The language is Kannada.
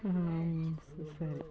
ಹಾಂ ಸ ಸರಿ